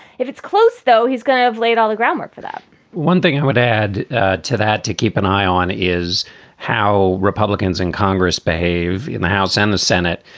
if it's close, though, he's going to have laid all the groundwork for that one thing i would add to that to keep an eye on is how republicans in congress behave in the house and the senate